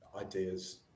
ideas